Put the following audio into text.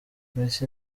macy